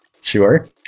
Sure